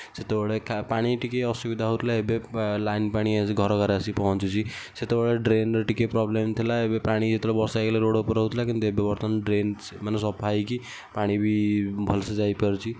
ସେତେବେଳେ ପାଣି ଟିକେ ଅସୁବିଧା ହେଉଥିଲା ଏବେ ଲାଇନ୍ ପାଣି ଘରେ ଘରେ ଆସି ପହଞ୍ଚୁଛି ସେତେବେଳେ ଡ୍ରେନ୍ରେ ଟିକେ ପ୍ରୋବ୍ଲେମ୍ ଥିଲା ଏବେ ପାଣି ଯେତେବେଳେ ବର୍ଷା ହେଇଥିଲା ରୋଡ଼ ଉପରେ ହେଇଯାଉଥିଲା କିନ୍ତୁ ଏବେ ବର୍ତ୍ତମାନ ଡ୍ରେନ୍ ମାନେ ସଫା ହେଇକି ପାଣିବି ଭଲସେ ଯାଇପାରୁଛି